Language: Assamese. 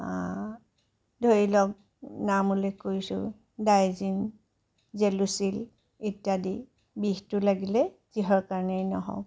ধৰি লওঁক নাম উল্লেখ কৰিছোঁ ডাইজিন জেলোচিল ইত্যাদি বিষটো লাগিলে যিহৰ কাৰণেই নহওঁক